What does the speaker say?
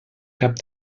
cap